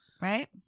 right